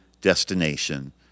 destination